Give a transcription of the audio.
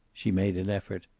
she made an effort.